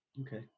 Okay